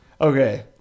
Okay